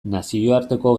nazioarteko